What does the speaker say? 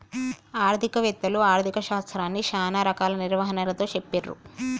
ఆర్థిక వేత్తలు ఆర్ధిక శాస్త్రాన్ని చానా రకాల నిర్వచనాలతో చెప్పిర్రు